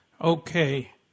Okay